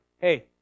Hey